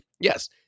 yes